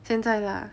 现在 lah